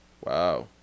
Wow